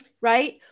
right